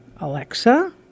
Alexa